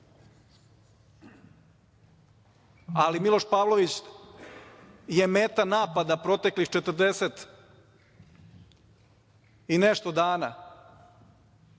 10. Miloš Pavlović je meta napada proteklih 40 i nešto dana,